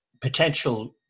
potential